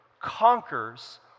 conquers